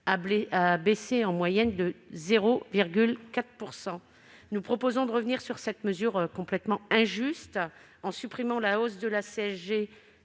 a baissé, en moyenne, de 0,4 %. Nous proposons de revenir sur cette mesure, complètement injuste, en supprimant la hausse de la CSG